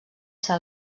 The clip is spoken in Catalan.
ser